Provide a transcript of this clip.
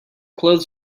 clothes